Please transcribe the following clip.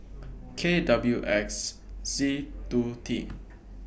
K W X Z two T